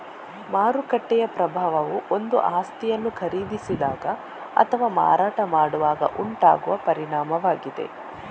ಮಾರುಕಟ್ಟೆಯ ಪ್ರಭಾವವು ಒಂದು ಆಸ್ತಿಯನ್ನು ಖರೀದಿಸಿದಾಗ ಅಥವಾ ಮಾರಾಟ ಮಾಡುವಾಗ ಉಂಟಾಗುವ ಪರಿಣಾಮವಾಗಿದೆ